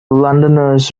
londoners